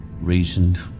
reasoned